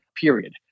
period